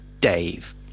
dave